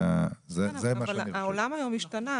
העולם השתנה.